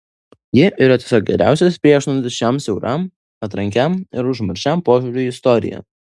ji yra tiesiog geriausias priešnuodis šiam siauram atrankiam ir užmaršiam požiūriui į istoriją